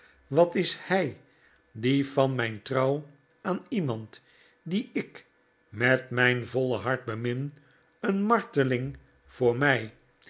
wat is h ij die van mijn trouw aan iemand dien ik met mijn voile hart bemin een marteling voor mij